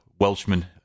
Welshman